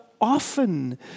often